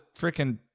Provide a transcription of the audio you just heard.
freaking